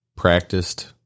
practiced